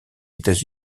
états